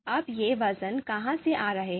अब ये वजन कहां से आ रहे हैं